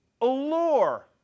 allure